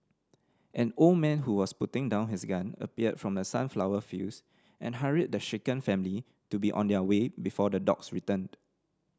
an old man who was putting down his gun appeared from the sunflower fields and hurried the shaken family to be on their way before the dogs returned